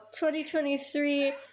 2023